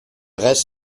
reste